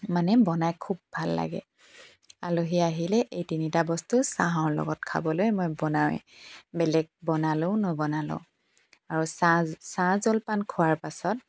মানে বনাই খুব ভাল লাগে আলহী আহিলে এই তিনিটা বস্তু চাহৰ লগত খাবলৈ মই বনাওঁৱেই বেলেগ বনালেও নবনালেও আৰু চাহ জ চাহ জলপান খোৱাৰ পাছত